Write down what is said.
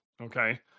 Okay